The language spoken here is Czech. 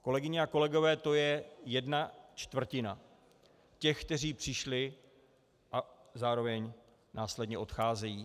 Kolegyně a kolegové, to je jedna čtvrtina těch, kteří přišli a zároveň následně odcházejí.